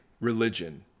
religion